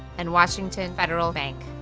and washington federal bank.